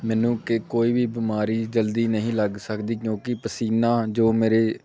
ਮੈਨੂੰ ਕਿ ਕੋਈ ਵੀ ਬਿਮਾਰੀ ਜਲਦੀ ਨਹੀਂ ਲੱਗ ਸਕਦੀ ਕਿਉਂਕਿ ਪਸੀਨਾ ਜੋ ਮੇਰੇ